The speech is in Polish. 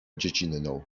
dziecinną